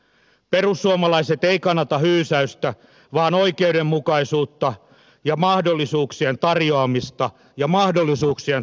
perussuomalaiset ei kannata hyysäystä vaan oikeudenmukaisuutta ja mahdollisuuksien tarjoamista ja mahdollisuuksien tasa arvoa